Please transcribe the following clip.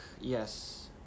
yes